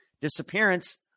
disappearance